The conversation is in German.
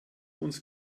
uns